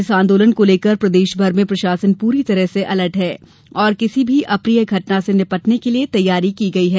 इस आंदोलन को लेकर प्रदेशभर में प्रशासन पूरी तरह से अलर्ट है और किसी भी अप्रिय घटना से निपटने के लिये तैयारी की गई है